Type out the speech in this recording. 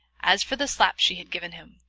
as for the slaps she had given him,